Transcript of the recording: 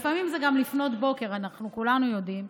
לפעמים זה גם לפנות בוקר, אנחנו כולנו יודעים.